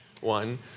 one